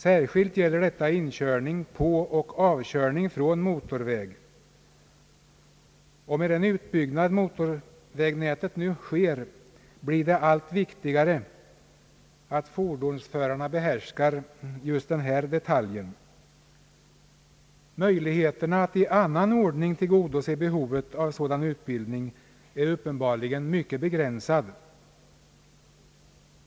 Särskilt gäller detta inkörning på och avkörning från motorväg, och med nuvarande utbyggnad av motorvägnätet blir det allt viktigare att fordonsförarna behärskar just denna detalj. Möjligheterna att i annan ordning tillgodose behovet av sådan utbildning är uppenbarligen mycket begränsade.